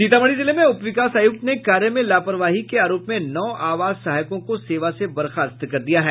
सीतामढ़ी जिले में उप विकास आयुक्त ने कार्य में लापरवाही के आरोप में नौ आवास सहायकों को सेवा से बर्खास्त कर दिया है